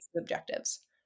objectives